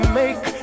make